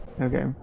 Okay